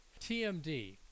TMD